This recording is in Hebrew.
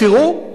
תראו,